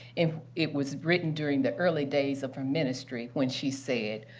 it it was written during the early days of her ministry when she said,